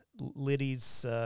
Liddy's